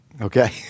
Okay